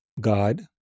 God